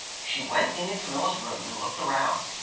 she went into camilla's room and looked around.